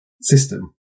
system